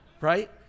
right